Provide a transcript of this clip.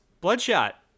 bloodshot